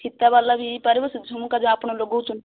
ଫିତା ବାଲା ବି ହେଇପାରିବ ସେ ଝୁମୁକା ଯେଉଁ ଆପଣ ଲଗୋଉଛନ୍ତି